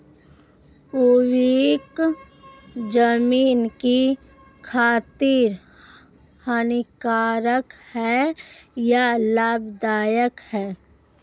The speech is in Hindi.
उर्वरक ज़मीन की खातिर हानिकारक है या लाभदायक है?